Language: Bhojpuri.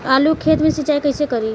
आलू के खेत मे सिचाई कइसे करीं?